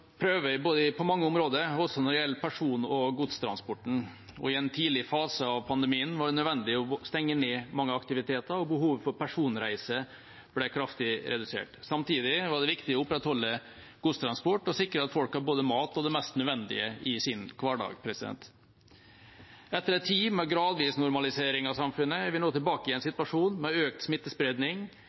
prøve på mange områder, også når det gjelder person- og godstransporten. I en tidlig fase av pandemien var det nødvendig å stenge ned mange aktiviteter, og behovet for personreiser ble kraftig redusert. Samtidig var det viktig å opprettholde godstransport og sikre at folk hadde mat og det mest nødvendige i sin hverdag. Etter en tid med gradvis normalisering av samfunnet er vi nå tilbake i en situasjon med økt smittespredning